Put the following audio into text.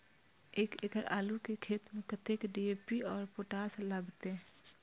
एक एकड़ आलू के खेत में कतेक डी.ए.पी और पोटाश लागते?